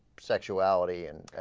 sexuality in ah.